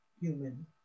human